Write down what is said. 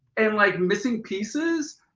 and like missing pieces.